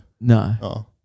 No